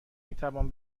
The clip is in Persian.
میتوان